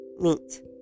meet